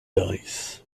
dice